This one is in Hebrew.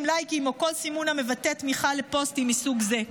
לייקים או כל סימון המבטא תמיכה בפוסטים מסוג זה.